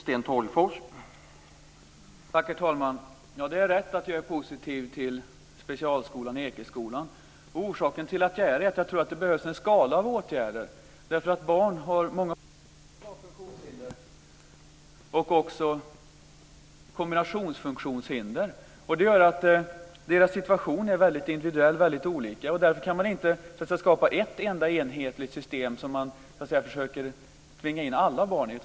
Herr talman! Det är rätt att jag är positiv till specialskolan Ekeskolan. Orsaken till att jag är det är att jag tror att det behövs en skala av åtgärder. Barn har många olika typer av funktionshinder och också kombinationer av funktionshinder. Det gör att deras situation är väldigt individuell och väldigt olika. Därför kan man inte skapa ett enda enhetligt system som man försöker tvinga in alla barn i.